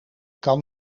kan